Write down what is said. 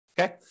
Okay